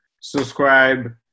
Subscribe